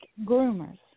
groomers